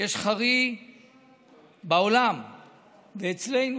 יש חרי בעולם ואצלנו.